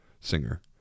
singer